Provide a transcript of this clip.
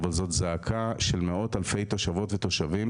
אבל זאת זעקה של מאות אלפי תושבות ותושבים,